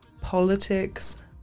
politics